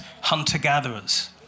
hunter-gatherers